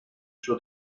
suo